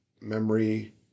memory